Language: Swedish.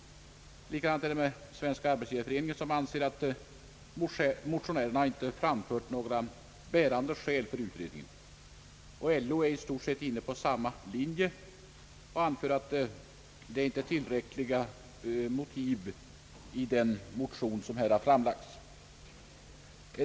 Likadant är det med Svenska arbetsgivareföreningen, som anser att motionärerna inte framfört några bärande skäl för utredningen. LO är i stort sett inne på samma linje och anför att det inte finns tillräckliga motiv i den motion som framlagts.